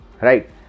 right